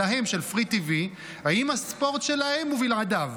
שלהן, של FreeTV, עם הספורט שלהן ובלעדיו.